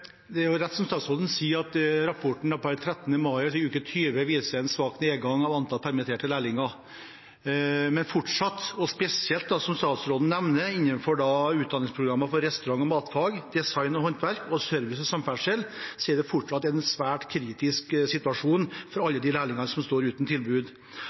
Det er rett, som statsråden sier, at rapporten per 13. mai, uke 20, viser en svak nedgang i antall permitterte lærlinger. Men som statsråden nevner, er det spesielt innenfor utdanningsprogram for restaurant- og matfag, design og håndverk og service og samferdsel fortsatt en svært kritisk situasjon for alle de lærlingene som står uten tilbud.